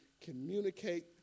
communicate